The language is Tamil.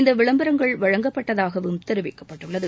இநத விளம்பரங்கள் வழங்கப்பட்டதாகவும் தெரிவிக்கப்பட்டுள்ளது